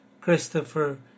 Christopher